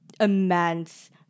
immense